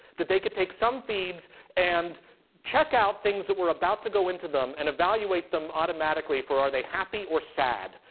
that they could take some feeds and check out things that were about to go into them and evaluate them automatically for are they happy or sad?